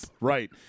Right